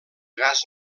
gas